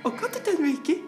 o ką tu ten veiki